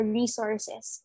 resources